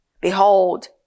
Behold